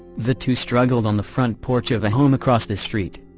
the two struggled on the front porch of a home across the street.